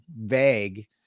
vague